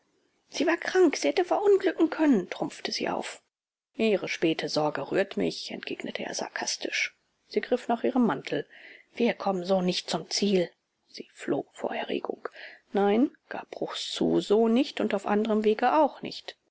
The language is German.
sie war krank sie hätte verunglücken können trumpfte sie auf ihre späte sorge rührt mich entgegnete er sarkastisch sie griff nach ihrem mantel wir kommen so nicht zum ziel sie flog vor erregung nein gab bruchs zu so nicht und auf anderem wege auch nicht